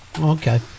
okay